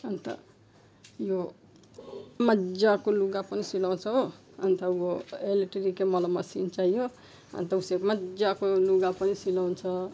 अन्त यो मजाको लुगा पनि सिलाउँछ हो अन्त वो इलेक्ट्रिक वाला मलाई मेसिन चाहियो अन्त उही मजाको लुगा पनि सिलाउँछ